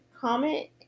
comment